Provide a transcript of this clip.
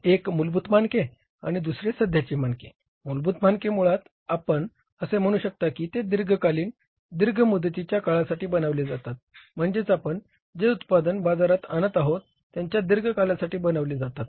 एक मूलभूत मानके आणि दुसरे सध्याचे मानके मूलभूत मानके मुळात आपण असे म्हणू शकता की ते दीर्घकालीन दीर्घ मुदतीच्या काळासाठी बनविले जातात म्हणजे आपण जे उत्पन्न बाजारात आणत आहोत त्याच्या दीर्घकालासाठी बनविले जातात